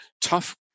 tough